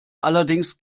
allerdings